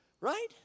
right